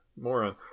moron